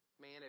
man